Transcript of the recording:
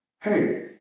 hey